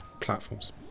platforms